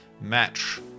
match